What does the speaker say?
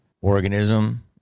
organism